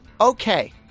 okay